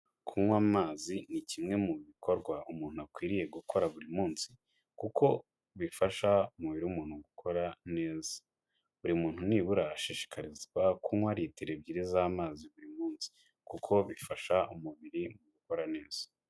Kunywa amazi ni kimwe mu bikorwa umuntu akwiriye gukora buri munsi kuko bifasha umubiri w'umuntu gukora neza, buri muntu nibura ashishikarizwa kunywa litiro ebyiri z'amazi buri munsi, kuko bifasha umubiri gukora neza.